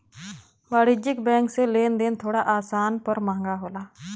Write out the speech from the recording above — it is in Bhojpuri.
वाणिज्यिक बैंक से लेन देन थोड़ा आसान पर महंगा होला